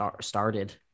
started